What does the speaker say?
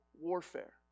warfare